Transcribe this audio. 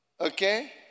Okay